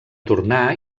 tornar